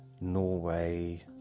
Norway